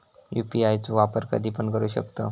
UPI चो वापर कधीपण करू शकतव?